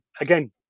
again